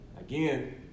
Again